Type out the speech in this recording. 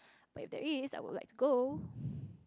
but if there is I would like to go